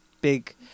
big